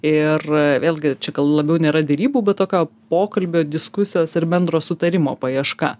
ir vėlgi čia gal labiau nėra derybų bet tokio pokalbio diskusijos ir bendro sutarimo paieška